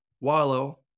wallow